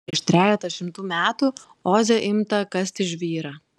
prieš trejetą šimtų metų oze imta kasti žvyrą